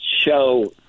show